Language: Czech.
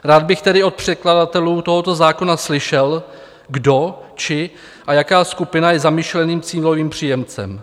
Rád bych tedy od předkladatelů tohoto zákona slyšel, kdo či jaká skupina je zamýšleným cílovým příjemcem.